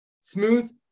smooth